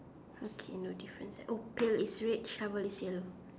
okay no difference eh oh pail is red shovel is yellow